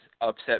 upset